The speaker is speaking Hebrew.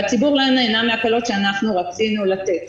והציבור לא היה נהנה מההקלות שאנחנו רצינו לתת.